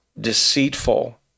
deceitful